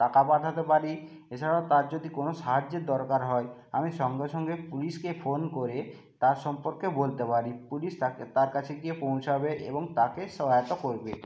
টাকা পাঠাতে পারি এছাড়াও তার যদি কোন সাহায্যের দরকার হয় আমি সঙ্গে সঙ্গে পুলিশকে ফোন করে তার সম্পর্কে বলতে পারি পুলিশ তাকে তার কাছে গিয়ে পৌঁছবে এবং তাকে সহায়তা করবে